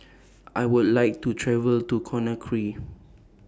I Would like to travel to Conakry